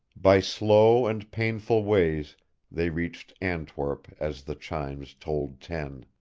by slow and painful ways they reached antwerp as the chimes tolled ten.